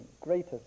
greater